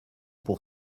pour